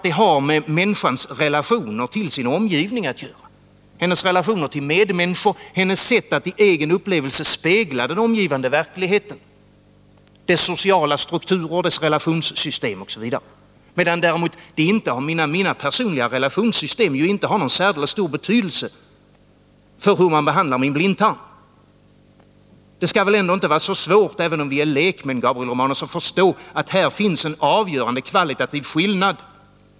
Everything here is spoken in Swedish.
Den har med människans relationer till sin omgivning att göra, hennes relationer till medmänniskor, hennes sätt att i egen upplevelse spegla den omgivande verkligheten — dess sociala struktur, dess relationssystem osv. Däremot har mina personliga relationssystem inte någon särdeles stor betydelse för hur man behandlar min blindtarm. Det skall väl inte vara så svårt, även om vi är lekmän, Gabriel Romanus, att förstå att här finns en avgörande kvalitativ skillnad.